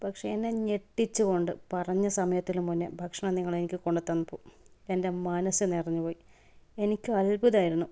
പക്ഷെ എന്നെ ഞെട്ടിച്ചുകൊണ്ട് പറഞ്ഞ സമയത്തിന് മുൻപേ ഭക്ഷണം നിങ്ങൾ എനിക്ക് കൊണ്ട് തന്നപ്പോൾ എൻ്റെ മനസ്സ് നിറഞ്ഞു പോയ് എനിക്ക് അത്ഭുതമായിരുന്നു